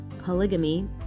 polygamy